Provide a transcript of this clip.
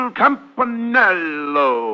campanello